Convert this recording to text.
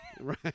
Right